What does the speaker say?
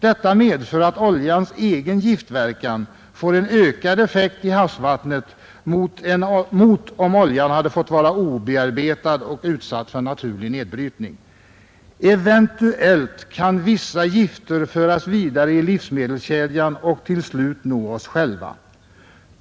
Detta medför att oljans egen giftverkan får en ökad effekt i havsvattnet mot om oljan fått vara obearbetad och utsatt för naturlig nedbrytning. Eventuellt kan vissa gifter föras vidare i livsmedelskedjan och till slut nå oss själva.